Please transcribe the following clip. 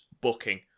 booking